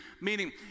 Meaning